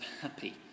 happy